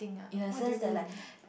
in the sense that like